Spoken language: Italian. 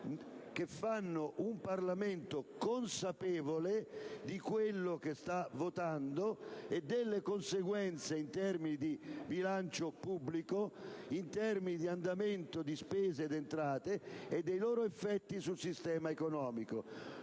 che fanno un Parlamento consapevole di quello che sta votando e delle conseguenze in termini di bilancio pubblico, in termini di andamento di spesa ed entrate e dei loro effetti sul sistema economico.